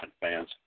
fans